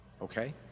okay